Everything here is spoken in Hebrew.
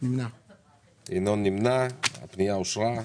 הצבעה אושר.